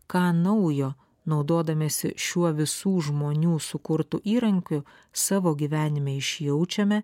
ką naujo naudodamiesi šiuo visų žmonių sukurtu įrankiu savo gyvenime išjaučiame